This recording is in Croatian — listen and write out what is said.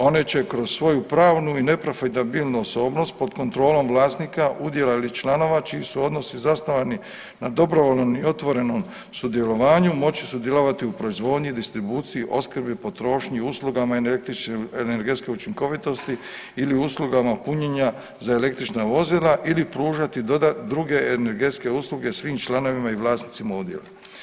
One će kroz svoju pravnu i neprofitabilnu osobnost pod kontrolom vlasnika udjela ili članova čiji su odnosi zasnovani na dobrovoljnom i otvorenom sudjelovanju moći sudjelovati u proizvodnji, distribuciji, opskrbi, potrošnji i uslugama električne energetske učinkovitosti ili uslugama punjenja za električna vozila ili pružati druge energetske usluge svim članovima i vlasnicima udjela.